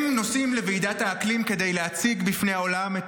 הם נוסעים לוועידת האקלים כדי להציג בפני העולם את